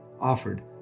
offered